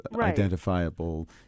identifiable